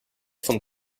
vom